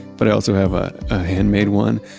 but i also have a handmade one,